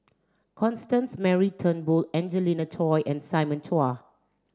Constance Mary Turnbull Angelina Choy and Simon Chua